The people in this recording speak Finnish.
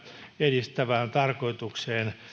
edistävään tarkoitukseen